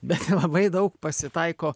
bet labai daug pasitaiko